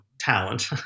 talent